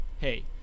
hey